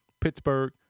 Pittsburgh